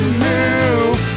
move